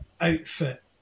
outfit